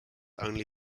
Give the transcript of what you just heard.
only